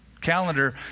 Calendar